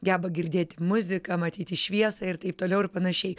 geba girdėti muziką matyti šviesą ir taip toliau ir panašiai